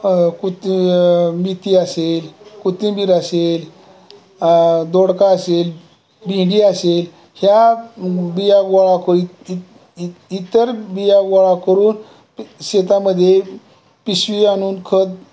कुती मेथी असेल कोथिंबीर असेल दोडका असेल भेंडी असेल ह्या बिया गोळा करून इ इ इतर बिया गोळा करून शेतामध्ये पिशवी आ आणून खत